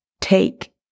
take